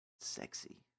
sexy